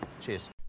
Cheers